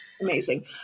Amazing